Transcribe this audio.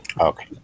Okay